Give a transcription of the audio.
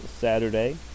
Saturday